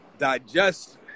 digest